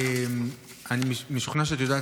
אני משוכנע שאת יודעת,